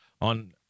on